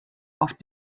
auf